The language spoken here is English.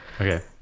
Okay